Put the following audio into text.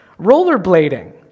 Rollerblading